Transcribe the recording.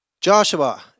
Joshua